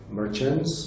merchants